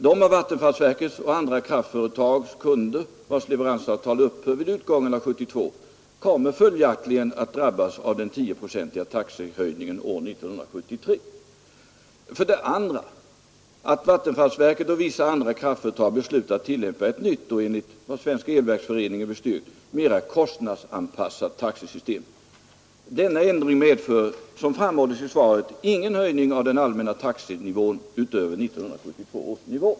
De av vattenfallsverkets och andra kraftföretags kunder vilkas leveransavtal upphör vid utgången av 1972 kommer följaktligen att drabbas av den 10-procentiga taxehöjningen år 1973. För det andra har vattenfallsverket och vissa andra kraftföretag beslutat tillämpa ett nytt och enligt Svensk elverksförenings beslut mera kostnadsanpassat taxesystem. Denna ändring medför, som framhålles i svaret, ingen höjning av den allmänna taxenivån utöver 1972 års nivå.